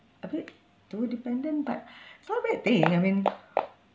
a bit too dependent but it's not a bad thing I mean